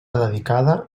dedicada